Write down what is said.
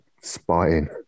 spying